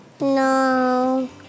No